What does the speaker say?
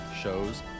shows